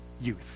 youth